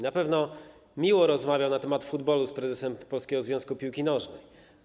Na pewno miło rozmawiał na temat futbolu z prezesem Polskiego Związku Piłki Nożnej.